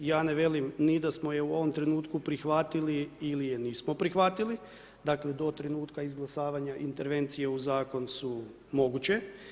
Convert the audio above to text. Ja ne velim ni da smo je u ovom trenutku prihvatili ili je nismo prihvatili, dakle to trenutka izglasavanja intervencije u zakon su moguće.